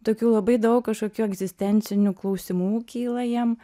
tokių labai daug kažkokių egzistencinių klausimų kyla jiem